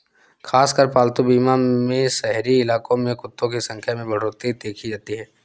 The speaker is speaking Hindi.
खासकर पालतू बीमा में शहरी इलाकों में कुत्तों की संख्या में बढ़ोत्तरी देखी जाती है